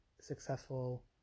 successful